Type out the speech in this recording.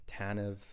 Tanev